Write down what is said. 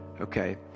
okay